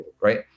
right